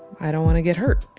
i don't want to get hurt.